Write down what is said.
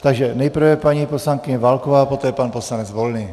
Takže nejprve paní poslankyně Válková, poté pan poslanec Volný.